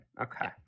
Okay